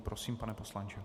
Prosím, pane poslanče.